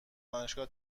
دانشگاه